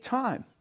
time